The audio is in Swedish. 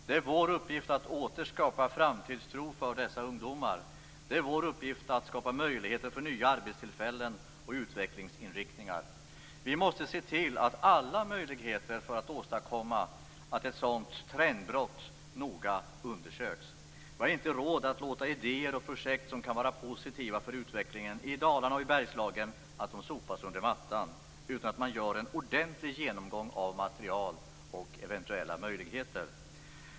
Det är vår uppgift att åter skapa framtidstro för dessa ungdomar. Det är vår uppgift att skapa möjligheter till nya arbetstillfällen och utvecklingsinriktningar. Vi måste se till att alla möjligheter att åstadkomma ett sådant trendbrott noga undersöks. Vi har inte råd att låta idéer och projekt som kan vara positiva för utvecklingen i Dalarna och Bergslagen sopas under mattan utan att man gör en ordentlig genomgång av material och eventuella möjligheter.